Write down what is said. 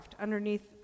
underneath